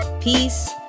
Peace